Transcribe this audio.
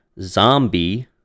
zombie